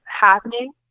happening